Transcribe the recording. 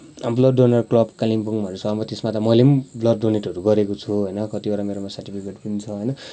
blood donor club कालिम्पोङहरू छ त्यसमा त मैले पनि ब्लड डोनेटहरू गरेको छु होइन कतिवटा मेरोमा सर्टिफिकेट पनि छ होइन